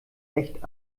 echt